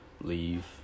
leave